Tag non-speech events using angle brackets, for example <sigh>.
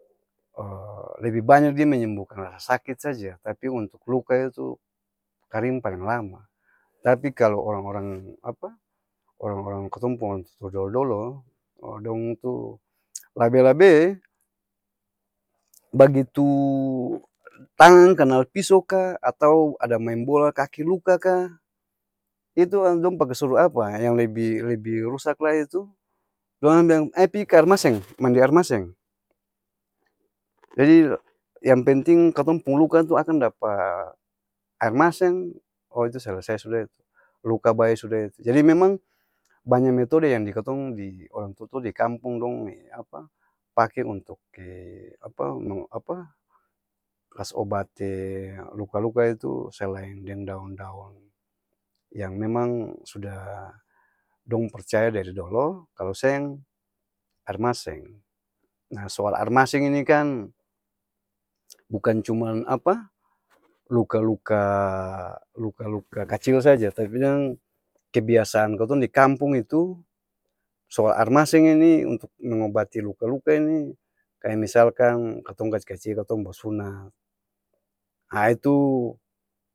<hesitation> lebi banya dia menyembuhkan rasa sakit saja, tapi untuk luka itu, karing paleng lama, tapi kalo orang-orang apa? <hesitation> orang-orang kotong pung orang tua-tua dolo-dolo dong tu, labe-labe bagitu tangang kanal piso kaa atao ada maeng bola kaki luka kaa itu'e dong pake suru apa? Yang lebi lebi-rusak lai tu, dorang bilang ay pi ka aer maseng, mandi aer maseng! Jadi, yang penting katong pung luka tu akang dapa aer maseng, o' itu selesai sudah itu, luka bae suda itu jadi memang, banya metode yang di katong di orang tua-tua di kampung dong'e apa? <hesitation> pake untuk <hesitation> kas obat <hesitation> luka-luka itu selaeng deng daong-daong, yang memang suda dong percaya dari dolo, kalo seng, aer maseng, naa soal aer maseng ini kan bukan cuman apa? Luka-luka luka-luka-kacil saja tapi jang, kebiasaan kotong di kampung itu, soal aer maseng ini untuk mengobati luka-luka ini, kaya misalkan katong kacil-kacil katong basunat, haa itu.